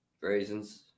Raisins